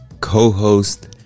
co-host